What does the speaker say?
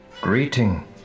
Greeting